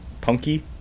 punky